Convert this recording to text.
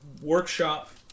workshop